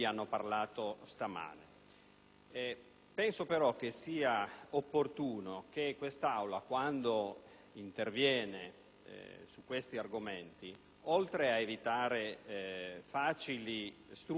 Penso però che sia opportuno che l'Assemblea, quando si interviene su simili argomenti, oltre ad evitare facili strumentalizzazioni politiche,